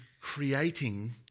creating